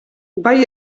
bai